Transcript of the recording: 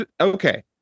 okay